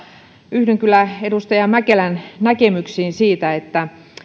yhdyn kyllä edustaja mäkelän näkemyksiin siitä että